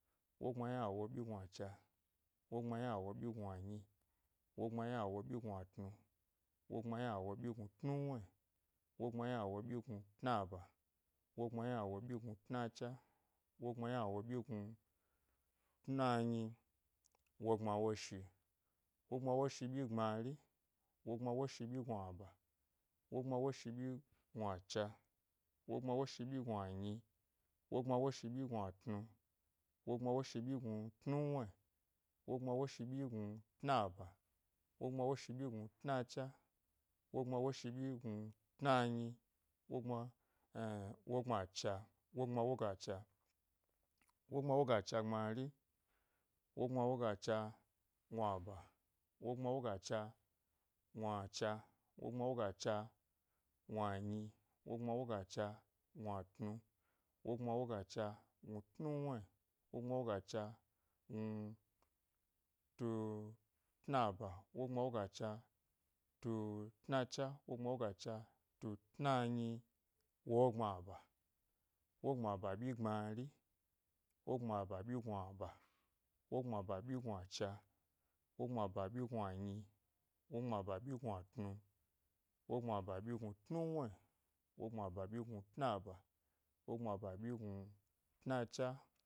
Wogbma ynawo ɓyi gnuacha, wogbma ynawo ɓyi gnua nyi, wogbma ynawo ɓyi gnuatu, wogbma ynawo ɓyi gnu tanwni, wogbma ynawo ɓyi gnu tna ba, wogbma ynawo ɓyi gnu tna cha, wogbma ynawo ɓyi gnu tna nyi, wogbma woshi. Wogbma woshi byi gbmari, wogbma woshi byi gnuaba, wogbma woshi byi gnuacha, wogbma woshi byi gnuanyi, wogbma woshi byi gnua tnu, wogbma woshi byi gnu tnuuni, wogbma woshi byi gnu tnaba, wogbma woshi byi gnu tnacha, wogbma woshi byi gnu tronyi, wogbma en wogbmacha, wogbma wogacha, wogbma wogacha gbmari, wogbma wogacha gnuaba, wogbma wogacha gnuacha, wogbma wogacha gnua nyi, wogbma wogacha gnua tnu, wogbma wogacha gnu tnuwni, wogbma wogacha gnu, tu tnaba, wogbma wogacha tu tnacha, wogbma wogacha tu tnanyi, wogbma ba. Wogbmaba ɓyi gbmari, wogbmaba ɓyi gnuaba, wogbmaba ɓyi gnuacha, wogbmaba ɓyi gnua nyi, wogbmaba ɓyi gnua tnu, wogbmaba ɓyi gnu tnaba, wogbmaba ɓyi gnu tnacha